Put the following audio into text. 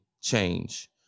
change